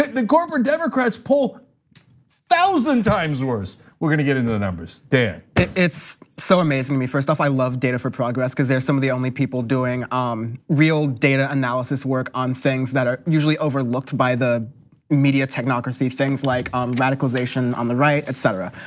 like the corporate democrats poll one thousand times worse. we're gonna get into the numbers, dan. it's so amazing me first off, i love data for progress cuz they're some of the only people doing um real data analysis work on things that are usually overlooked by the media technocracy, things like radicalization on the right, etc.